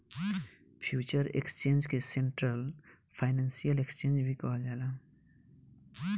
future exchange के central financial exchange भी कहल जाला